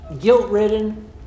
guilt-ridden